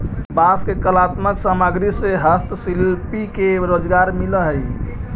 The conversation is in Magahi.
बांस के कलात्मक सामग्रि से हस्तशिल्पि के रोजगार मिलऽ हई